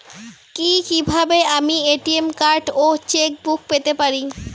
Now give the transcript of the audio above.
কি কিভাবে আমি এ.টি.এম কার্ড ও চেক বুক পেতে পারি?